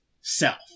self